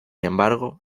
embargo